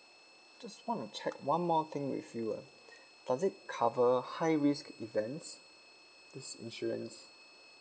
just wanna check one more thing with you ah does it cover high risk events this insurance